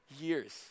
years